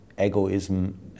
egoism